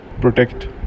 protect